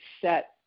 set